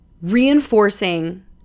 reinforcing